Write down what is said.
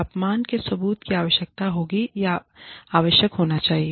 अपमान के सबूत की आवश्यकता होगी या आवश्यक होना चाहिए